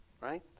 Right